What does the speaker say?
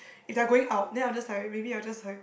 if like going out then I'll just like maybe I'll just like